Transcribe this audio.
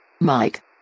Mike